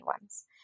ones